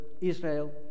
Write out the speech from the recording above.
Israel